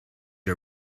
her